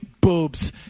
boobs